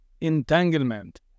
entanglement